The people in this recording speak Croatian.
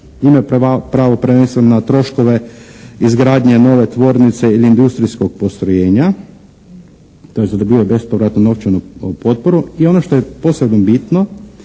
Imaju pravo prvenstveno na troškove izgradnje nove tvornice ili industrijskog postrojenja, tj. da dobivaju bespovratnu novčanu potporu i ono što je posebno bitno